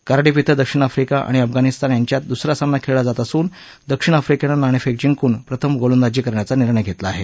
Cardiff धिं दक्षिण आफ्रिका आणि अफगाणिस्तान यांच्यात दुसरा सामना खेळला जात असून दक्षिण आफ्रिकेनं नाणेफेक जिंकून प्रथम गोलंदाजी करण्याचा निर्णय घेतला आहे